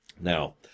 Now